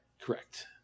Correct